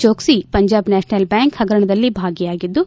Choksi Punjab National Bank ಪಗರಣದಲ್ಲಿ ಭಾಗಿಯಾಗಿದ್ದು